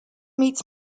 meets